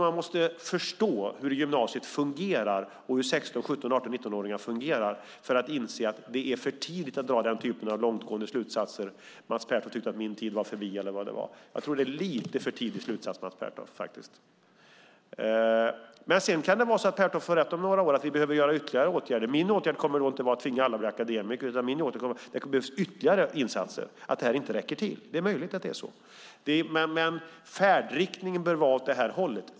Man måste förstå hur gymnasiet fungerar och hur 16-, 17-, 18 och 19-åringar fungerar för att inse att det är för tidigt att dra den typen av långtgående slutsatser som när Mats Pertoft tyckte att min tid var förbi, eller var det var. Det är en lite för tidig slutsats, Mats Pertoft. Men det kan vara så att Mats Pertoft får rätt om några år och att vi behöver göra ytterligare åtgärder. Min åtgärd kommer inte att vara att tvinga alla att bli akademiker. Det kan behövas ytterligare insatser för att det inte räcker till. Det är möjligt att det är så. Men färdriktningen bör vara åt detta håll.